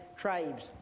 tribes